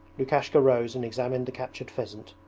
lukashka rose and examined the captured pheasant.